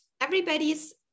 everybody's